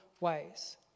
ways